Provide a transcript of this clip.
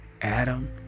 Adam